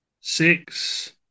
Six